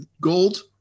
Gold